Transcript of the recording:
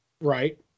Right